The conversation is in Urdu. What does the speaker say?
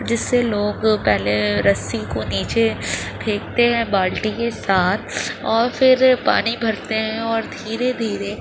جس سے لوگ پہلے رسی کو نیچے پھینکتے ہیں بالٹی کے ساتھ اور پھر پانی بھرتے ہیں اور دھیرے دھیرے